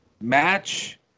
match